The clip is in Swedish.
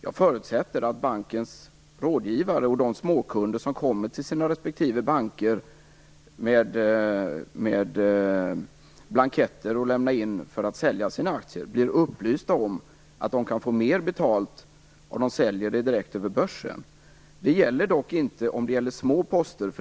Jag förutsätter att de småkunder som kommer till sina respektive banker med blanketter att lämna in för att sälja sina aktier av bankens rådgivare blir upplysta om att de får mer betalt om de säljer dem direkt på börsen. Det gäller dock inte om det är fråga om små poster.